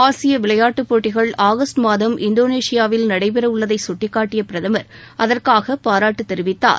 ஆசிய விளையாட்டுப்போட்டிகள் ஆகஸ்ட் மாதம் இந்தோனேஷியாவில் நடைபெறவுள்ளதை சுட்டிக்காட்டிய பிரதமர் அதற்காக பாராட்டு தெரிவித்தார்